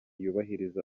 yubahiriza